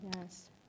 Yes